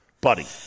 buddy